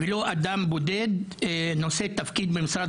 לא אדם בודד נושא תפקיד במשרד